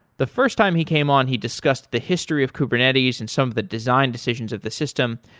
the first time he came on he discussed the history of kubernetes and some of the design decisions of the system,